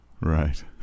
Right